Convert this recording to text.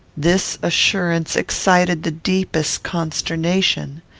this assurance excited the deepest consternation.